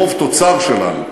חוב תוצר שלנו,